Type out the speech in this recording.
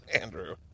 Andrew